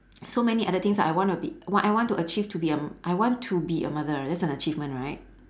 so many other things I want to be I want I want to achieve to be a I want to be a mother that's an achievement right